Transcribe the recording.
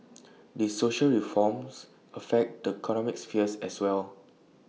these social reforms affect the sphere as well